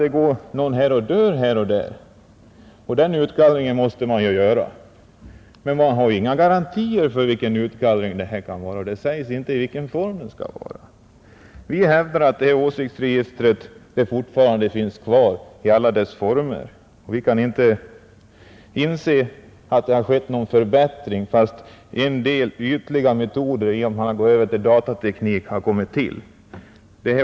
Det är klart att en och annan dör och att en utgallring därför måste göras, men man har inga garantier om vilka personer som i övrigt gallras ut och inte heller i vilken form utgallringen företas. Vi hävdar att åsiktsregistret fortfarande finns kvar och kan inte inse att det har skett någon förbättring bara för att nya metoder — bl.a. genom att man gått över till datateknik — har börjat tillämpas.